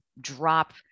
drop